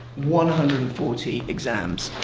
one hundred and forty exams.